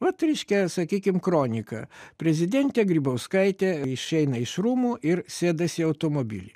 vat reiškia sakykim kronika prezidentė grybauskaitė išeina iš rūmų ir sėdas į automobilį